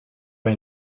may